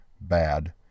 bad